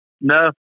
No